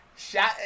Shot